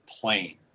plain